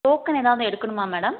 token ஏதாவது எடுக்கணுமா madam